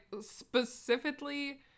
specifically